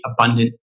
abundant